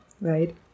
right